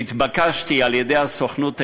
נתבקשתי על-ידי הסוכנות היהודית,